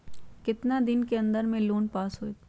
कितना दिन के अन्दर में लोन पास होत?